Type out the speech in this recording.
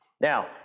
Now